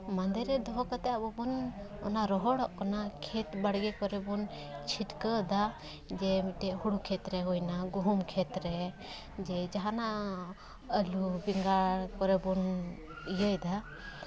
ᱢᱟᱸᱫᱮ ᱨᱮ ᱫᱚᱦᱚ ᱠᱟᱛᱮ ᱟᱵᱚ ᱵᱚᱱ ᱚᱱᱟ ᱨᱚᱦᱚᱲᱚᱜ ᱠᱟᱱᱟ ᱚᱱᱟ ᱠᱷᱮᱛ ᱵᱟᱲᱜᱮ ᱠᱚᱨᱮ ᱵᱚᱱ ᱪᱷᱤᱴᱠᱟᱹᱣ ᱟᱫᱟ ᱡᱮ ᱢᱤᱫᱴᱮᱡ ᱦᱳᱲᱳ ᱠᱷᱮᱛᱨᱮ ᱦᱩᱭᱱᱟ ᱜᱩᱦᱩᱢ ᱠᱷᱮᱛ ᱨᱮ ᱡᱮ ᱡᱟᱦᱟᱱᱟᱜ ᱟᱹᱞᱩ ᱵᱮᱸᱜᱟᱲ ᱠᱚᱨᱮ ᱵᱚᱱ ᱤᱭᱟᱹᱭᱫᱟ